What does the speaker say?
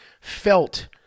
felt